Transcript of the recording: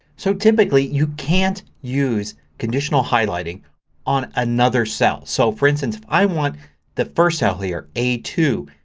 so typically you can't use conditional highlighting on another cell. so for instance if i want the first cell here, a two,